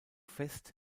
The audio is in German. fest